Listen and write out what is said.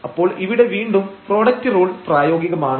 അപ്പോൾ ഇവിടെ വീണ്ടും പ്രൊഡക്ട് റൂൾ പ്രായോഗികമാണ്